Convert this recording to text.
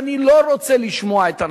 שאני לא רוצה לשמוע את הנשים.